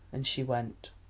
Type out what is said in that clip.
and she went.